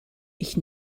ich